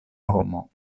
homo